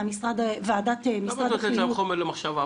במשרד החינוך --- למה את נותנת להם חומר למחשבה?